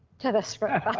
to the script.